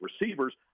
receivers